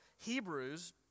Hebrews